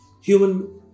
human